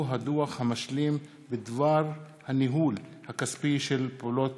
הדוח המשלים בדבר הניהול הכספי של פעולות